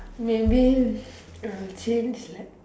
maybe I'll change like